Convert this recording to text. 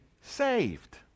saved